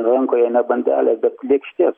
rankoje ne bandelė bet lėkštė